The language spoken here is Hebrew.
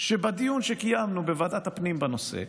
שבדיון שקיימנו בוועדת הפנים בנושא,